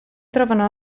trovano